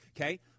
okay